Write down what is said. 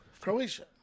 Croatia